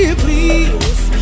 please